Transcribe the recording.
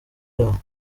yawo